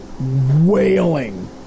wailing